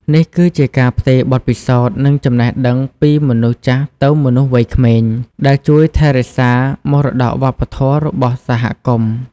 នេះគឺជាការផ្ទេរបទពិសោធន៍ និងចំណេះដឹងពីមនុស្សចាស់ទៅមនុស្សវ័យក្មេង ដែលជួយថែរក្សាមរតកវប្បធម៌របស់សហគមន៍។